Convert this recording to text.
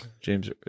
James